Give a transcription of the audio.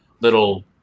little